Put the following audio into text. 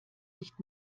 nicht